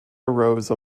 arose